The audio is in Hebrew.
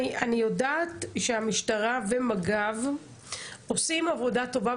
אני יודעת שהמשטרה ומג"ב עושים עבודה טובה,